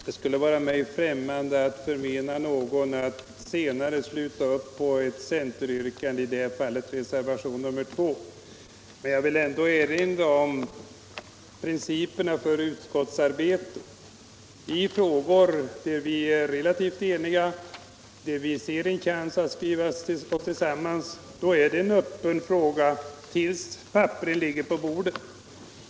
Herr talman! Det vare mig främmande att förmena någon att senare sluta upp på ett centeryrkande, i det här fallet reservationen 2. Men jag vill ändå erinra om principerna för utskottsarbetet. I ärenden där vi är relativt eniga och ser en chans att skriva oss samman i utskottet är det en öppen fråga till dess kansliets skrivning ligger på bordet.